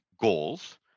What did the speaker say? goals